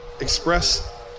Express